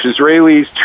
Israelis